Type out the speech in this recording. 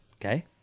okay